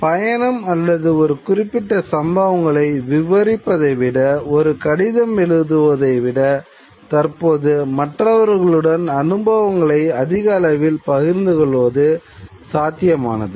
பயணம் அல்லது ஒரு குறிப்பிட்ட சம்பவங்களை விவரிப்பதை விட ஒரு கடிதம் எழுதுவதுவதை விட தற்போது மற்றவர்களுடன் அனுபவங்களை அதிக அளவில் பகிர்ந்து கொள்வது சாத்தியமானது